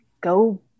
go